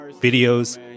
videos